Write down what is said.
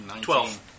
Twelve